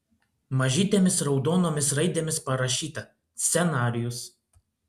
mažytėmis raudonomis raidėmis parašyta scenarijus